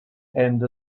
and